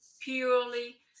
purely